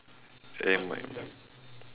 it might